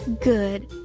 Good